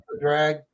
drag